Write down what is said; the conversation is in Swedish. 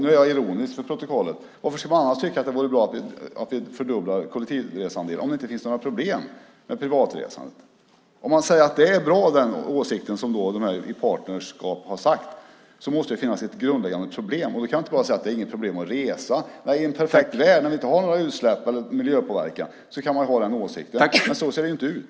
Nu är jag ironisk, vill jag säga för protokollet. Men varför tycker man, om det inte finns några problem med privatresandet, att det vore bra om vi fördubblade kollektivtrafikresandet? Om man säger att den åsikt som de i det här partnerskapet har är bra måste det finnas ett grundläggande problem. Då kan man inte bara säga att det inte är något problem att resa. I en perfekt värld, när vi inte har några utsläpp eller någon miljöpåverkan, kan man ha den åsikten, men så ser det inte ut.